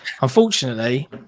Unfortunately